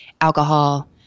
alcohol